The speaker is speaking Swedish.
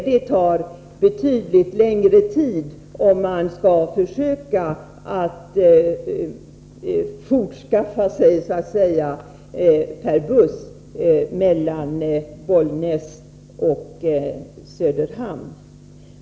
Det tar betydligt längre tid att försöka ”fortskaffa sig” per buss mellan Bollnäs och Söderhamn.